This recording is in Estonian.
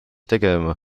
tegelema